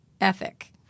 ethic